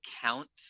count